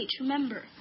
remember